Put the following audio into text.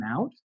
out